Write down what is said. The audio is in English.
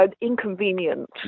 inconvenient